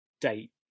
date